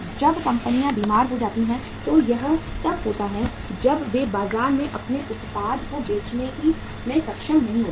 जब कंपनियां बीमार हो जाती हैं तो यह तब होता है जब वे बाजार में अपने उत्पाद को बेचने में सक्षम नहीं होते हैं